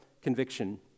conviction